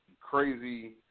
crazy